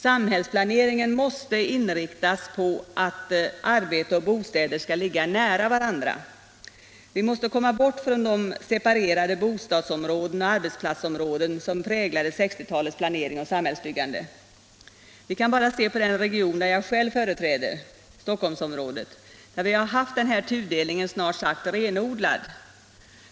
Samhällsplaneringen måste inriktas på att arbete och bostad skall ligga nära varandra. Vi måste komma bort från de separerade bostadsområden och arbetsplatsområden som präglade 1960-talets planering och samhällsbyggande. Vi kan bara se på den region som jag själv företräder, Stockholmsområdet, där vi haft den här tudelningen snart sagt renodlad.